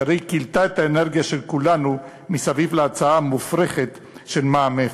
שהרי כילתה את האנרגיה של כולנו מסביב להצעה המופרכת של מע"מ אפס.